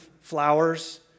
flowers